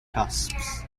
cusps